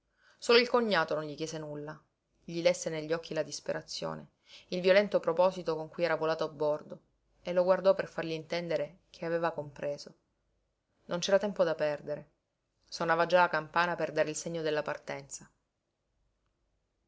solo il cognato non gli chiese nulla gli lesse negli occhi la disperazione il violento proposito con cui era volato a bordo e lo guardò per fargli intendere che egli aveva compreso non c'era tempo da perdere sonava già la campana per dare il segno della partenza